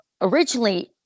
originally